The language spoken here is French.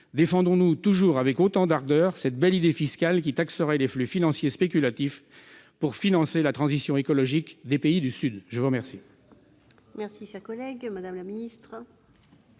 Défendrons-nous toujours avec autant d'ardeur cette belle idée fiscale qui taxerait les flux financiers spéculatifs pour financer la transition écologique des pays du Sud ? La parole